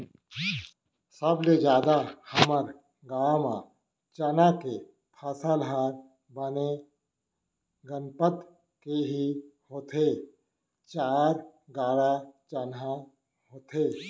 सबले जादा हमर गांव म चना के फसल ह बने गनपत के ही होथे चार गाड़ा चना होथे